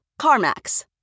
CarMax